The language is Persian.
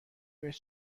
بهش